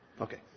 Okay